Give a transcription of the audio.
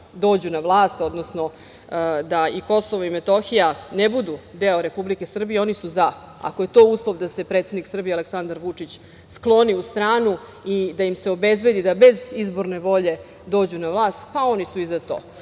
dođu na vlast, odnosno da i KiM ne budu deo Republike Srbije, oni su za ako je to uslov da se predsednik Srbije Aleksandar Vučić skloni u stranu i da im se obezbedi da i bez izborne volje dođu na vlast pa oni su i za